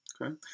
Okay